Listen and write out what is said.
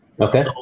Okay